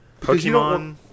Pokemon